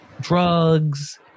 drugs